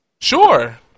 Sure